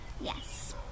Yes